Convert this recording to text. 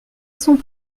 sont